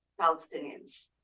Palestinians